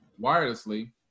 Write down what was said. wirelessly